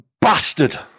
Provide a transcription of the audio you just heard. Bastard